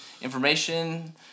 information